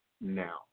now